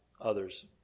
others